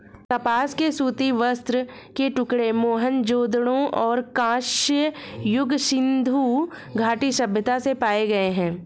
कपास के सूती वस्त्र के टुकड़े मोहनजोदड़ो और कांस्य युग सिंधु घाटी सभ्यता से पाए गए है